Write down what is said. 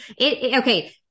Okay